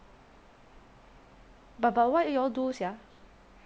but but what you all do sia